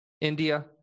India